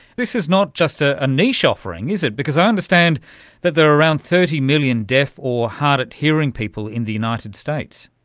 this is not just a ah niche offering, is it, because i understand that there are around thirty million deaf or hard-of-hearing people in the united states.